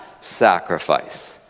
sacrifice